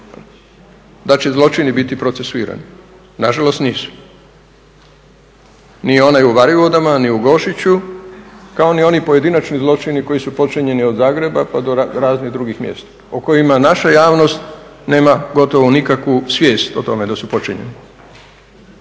da će zločini biti procesuirani. Nažalost, nisu. Ni onaj u Varivodama ni u Gošiću, kao ni oni pojedinačni zločini koji su počinjeni od Zagreba pa do raznih drugih mjesta o kojima naša javnost nema gotovo nikakvu svijest o tome da su počinjeni,